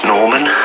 Norman